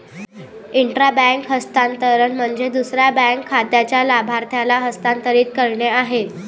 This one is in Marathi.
इंट्रा बँक हस्तांतरण म्हणजे दुसऱ्या बँक खात्याच्या लाभार्थ्याला हस्तांतरित करणे आहे